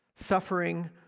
suffering